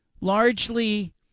largely